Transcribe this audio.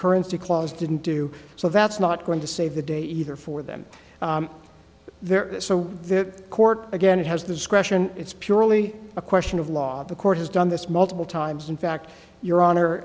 concurrency clause didn't do so that's not going to save the day either for them there so the court again it has the discretion it's purely a question of law the court has done this multiple times in fact your hon